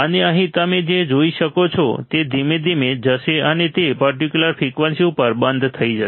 અને અહીં તમે જે જોઈ શકો છો તે ધીમે ધીમે જશે અને તે પર્ટિક્યુલર ફ્રિકવન્સી ઉપર બંધ થઈ જશે